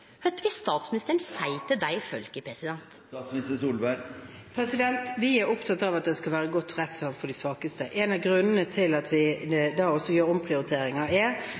statsministeren seie til dei folka? Vi er opptatt av at det skal være et godt rettsvern for de svakeste. En av grunnene til at vi gjør omprioriteringer, er